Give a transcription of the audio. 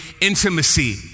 intimacy